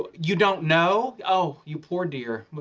but you don't know? oh, you poor dear.